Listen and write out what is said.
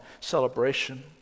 celebration